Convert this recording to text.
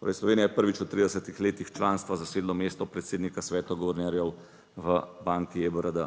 Torej, Slovenija je prvič v 30 letih članstva zasedla mesto predsednika sveta guvernerjev v banki EBRD.